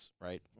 right